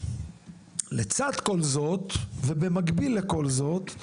לצד כל זאת ובמקביל לכל זאת,